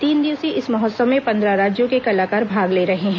तीन दिवसीय इस महोत्सव में पंद्रह राज्यों के कलाकार भाग ले रहे हैं